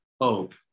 hope